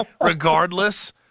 regardless